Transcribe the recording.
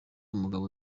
umugabo